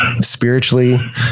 spiritually